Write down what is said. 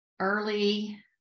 early